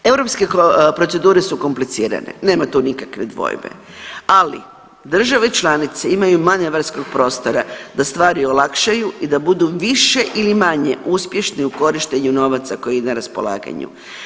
Europske procedure su komplicirane, nema tu nikakve dvojbe, ali države članice imaju manevarskog prostora da stvari olakšaju i da budu više ili manje uspješni u korištenju novaca koji je na raspolaganju.